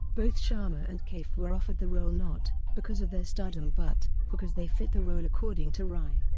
both sharma and kaif were offered the role not, because of their stardom but, because they fit the role according to rai.